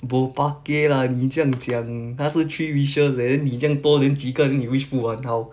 bo pakay lah 你这样讲它是 three wishes leh then 你这样多 then 几个 then 你 wish 不完 how